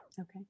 Okay